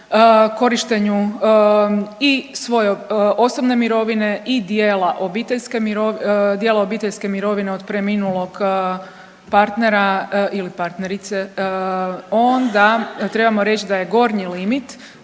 korištenju i svoje osobne mirovine i dijela obiteljske mirovine od preminulog partnera ili partnerice onda trebamo reći da je gornji limit